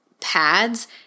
pads